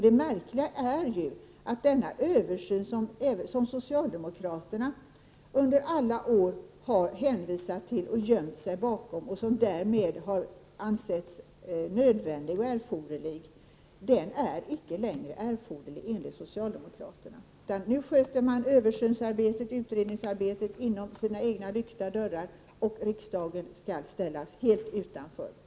Det märkliga är ju att den översyn som socialdemokraterna under alla år har hänvisat till, gömt sig bakom och som därmed har ansetts nödvändig och erforderlig icke längre är erforderlig enligt socialdemokraterna. Nu sköter man öÖversynsoch utredningsarbetet inom sina egna lyckta dörrar. Riksdagen skall ställas helt utanför.